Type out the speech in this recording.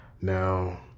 Now